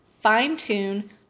fine-tune